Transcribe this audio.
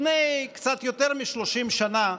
לפני קצת יותר מ-30 שנה,